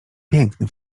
piękny